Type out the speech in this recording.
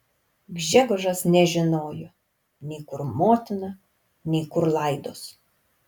gžegožas nežinojo nei kur motina nei kur laidos